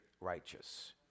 righteous